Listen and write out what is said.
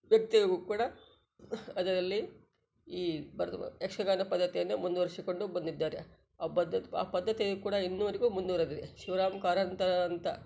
ವ್ಯಕ್ತಿಯಾಗೂ ಕೂಡ ಅದರಲ್ಲಿ ಈ ಭರತ ಬ ಯಕ್ಷಗಾನ ಪದ್ದತಿಯನ್ನೆ ಮುಂದುವರೆಸಿಕೊಂಡು ಬಂದಿದ್ದಾರೆ ಆ ಬದ್ದ ಆ ಪದ್ದತೀ ಕೂಡ ಇನ್ನುವರೆಗೂ ಮುಂದುವರೆದಿದೆ ಶಿವರಾಮ ಕಾರಂತರಂಥ